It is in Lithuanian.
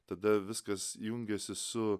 tada viskas jungiasi su